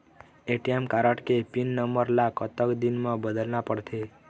ATM card के PIN number ला कतक दिन म बदलना पड़थे?